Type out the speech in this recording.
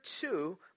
two